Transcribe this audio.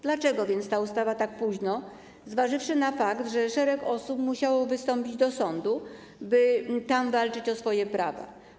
Dlaczego więc ta ustawa jest tak późno, zważywszy na fakt, że szereg osób musiało wystąpić do sądu, by tam walczyć o swoje prawa?